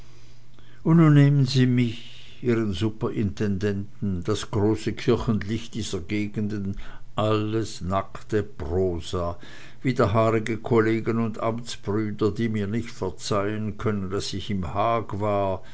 und nun nehmen sie mich ihren superintendenten das große kirchenlicht dieser gegenden alles nackte prosa widerhaarige kollegen und amtsbrüder die mir nicht verzeihen können daß ich im haag war